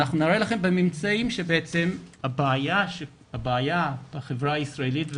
אנחנו נראה לכם בממצאים שבעצם הבעיה בחברה הישראלית,